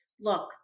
Look